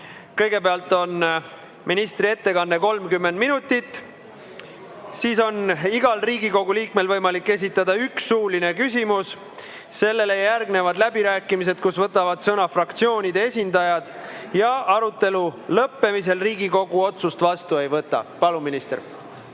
Kõigepealt on ministri ettekanne 30 minutit. Siis on igal Riigikogu liikmel võimalik esitada üks suuline küsimus. Sellele järgnevad läbirääkimised, kus võtavad sõna fraktsioonide esindajad. Arutelu lõppemisel Riigikogu otsust vastu ei võta. Palun, minister!